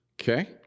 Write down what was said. Okay